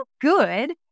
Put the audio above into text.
good